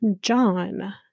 John